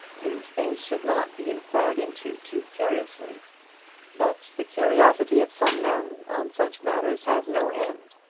these things should not be inquired into too curiously but the curiosity of some men on such matters has no end.